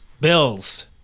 Bills